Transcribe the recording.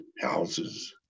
houses